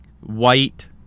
white